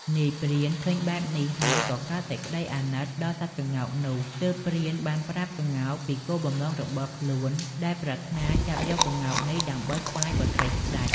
នាយព្រានឃើញបែបនេះហើយក៏កើតសេចក្តីអាណិតដល់សត្វក្ងោកនោះទើបព្រានបានប្រាប់ក្ងោកពីគោលបំណងរបស់ខ្លូនដែលប្រាថ្នាចាប់យកក្ងោកនេះដើម្បីថ្វាយបុត្រីស្តេច។